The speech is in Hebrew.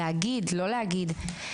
להגיד, לא להגיד.